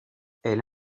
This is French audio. elle